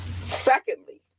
Secondly